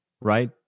right